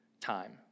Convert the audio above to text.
time